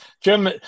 Jim